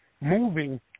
moving